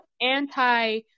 anti